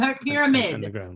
Pyramid